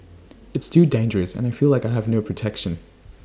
it's too dangerous and I feel like I have no protection